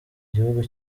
gihugu